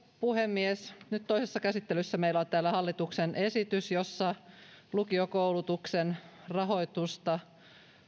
puhemies nyt toisessa käsittelyssä meillä on täällä hallituksen esitys jossa lukiokoulutuksen rahoitusta